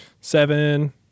Seven